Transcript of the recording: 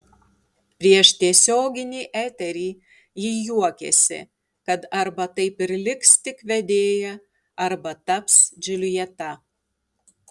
prieš tiesioginį eterį ji juokėsi kad arba taip ir liks tik vedėja arba taps džiuljeta